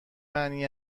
معنی